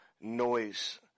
noise